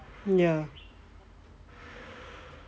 ya